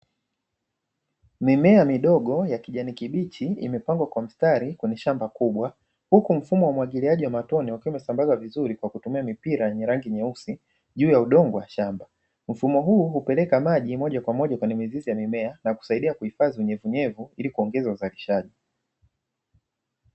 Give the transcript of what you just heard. Mimea kidogo ya kijani kibichi imepangwa kwa mstari kwenye shamba kubwa, huku mfumo wa umwagiliaji wa matone ukiwa umesambazwa vizuri kwa kutumia mipira yenye rangi nyeusi juu ya udongo wa shamba. Mfumo huu hupeleka maji moja kwa moja kwenye mizizi ya mimea na kusaidia kuhifadhi unyevuunyevu ili kuongeza uzalishaji.